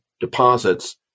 deposits